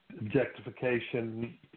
objectification